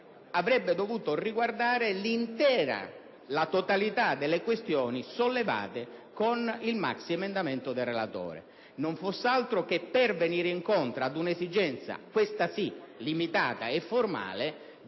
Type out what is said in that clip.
avrebbero dovuto comunque riguardare la totalità delle questioni sollevate con il maxiemendamento del relatore, non fosse altro che per venire incontro all'esigenza - questa sì limitata e formale